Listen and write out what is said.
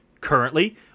Currently